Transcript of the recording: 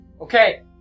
Okay